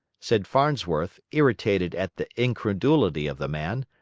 said farnsworth, irritated at the incredulity of the man.